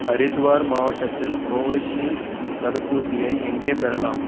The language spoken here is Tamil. ஹரித்வார் மாவட்டத்தில் கோவிட்ஷீல்டு தடுப்பூசியை எங்கே பெறலாம்